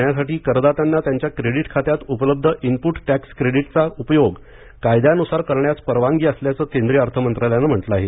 देण्यासाठी करदात्यांना त्यांच्या क्रेडिट खात्यात उपलब्ध इनपुट टॅक्स क्रेडिटचा उपयोग कायद्यानुसार करण्यास परवानगी असल्याचं केंद्रीय अर्थ मंत्रालयाने म्हटलं आहे